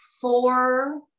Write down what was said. four